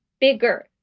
bigger